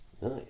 Nice